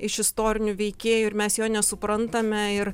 iš istorinių veikėjų ir mes jo nesuprantame ir